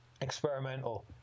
experimental